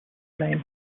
lame